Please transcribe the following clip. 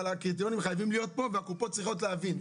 אבל הקריטריונים חייבים להיות פה והקופות צריכות להבין,